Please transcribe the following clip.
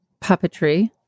puppetry